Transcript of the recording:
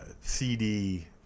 CD